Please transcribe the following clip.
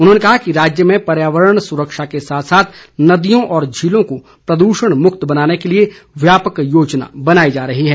उन्होंने कहा कि राज्य में पर्यावरण सुरक्षा के साथ साथ नदियों व झीलों को प्रद्यण मुक्त बनाने के लिए व्यापक योजना बनाई जा रही है